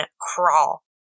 crawl